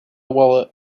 wallet